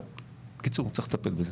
בקיצור, צריך לטפל בזה,